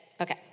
Okay